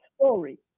story